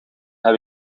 heb